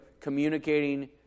communicating